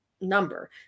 number